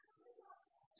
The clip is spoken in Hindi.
सही